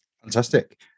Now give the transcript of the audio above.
Fantastic